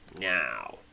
now